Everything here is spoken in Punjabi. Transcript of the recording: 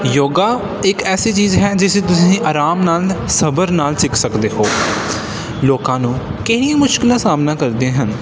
ਯੋਗਾ ਇੱਕ ਐਸੀ ਚੀਜ਼ ਹੈ ਜਿਸ ਤੁਸੀਂ ਆਰਾਮ ਨਾਲ ਸਬਰ ਨਾਲ ਸਿੱਖ ਸਕਦੇ ਹੋ ਲੋਕਾਂ ਨੂੰ ਕਿਹੜੀਆਂ ਮੁਸ਼ਕਿਲਾਂ ਸਾਮਨਾ ਕਰਦੇ ਹਨ